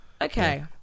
Okay